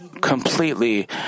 completely